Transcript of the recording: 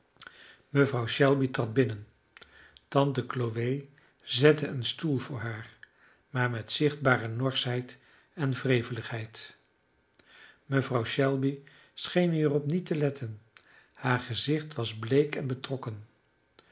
mevrouw shelby trad binnen tante chloe zette een stoel voor haar maar met zichtbare norschheid en wreveligheid mevrouw shelby scheen hierop niet te letten haar gezicht was bleek en betrokken